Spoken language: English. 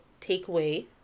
takeaway